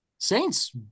Saints